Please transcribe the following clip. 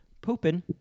pooping